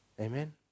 Amen